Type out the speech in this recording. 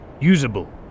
Usable